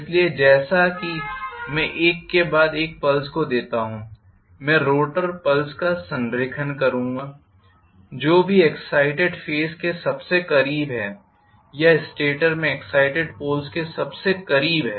इसलिए जैसा कि मैं एक के बाद एक पल्सेस को देता हूं मैं रोटर पोल्स का संरेखण देखूंगा जो भी एग्ज़ाइटेड फेज़ के सबसे करीब है या स्टेटर में एक्साइटेड पोल्स के सबसे करीब है